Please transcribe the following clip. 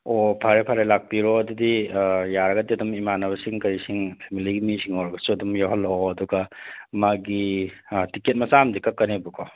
ꯑꯣ ꯐꯔꯦ ꯐꯔꯦ ꯂꯥꯛꯄꯤꯔꯣ ꯑꯗꯨꯗꯤ ꯌꯥꯔꯒꯗꯤ ꯑꯗꯨꯝ ꯏꯃꯥꯟꯅꯕꯁꯤꯡ ꯀꯔꯤꯁꯤꯡ ꯐꯦꯃꯤꯂꯤꯒꯤ ꯃꯤꯁꯤꯡ ꯑꯣꯏꯔꯒꯁꯨ ꯑꯗꯨꯝ ꯌꯥꯎꯍꯜꯂꯣ ꯑꯗꯨꯒ ꯃꯥꯒꯤ ꯇꯤꯀꯦꯠ ꯃꯆꯥ ꯑꯃꯗꯤ ꯀꯛꯀꯅꯦꯕꯀꯣ